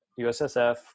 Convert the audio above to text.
USSF